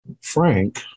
Frank